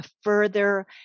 further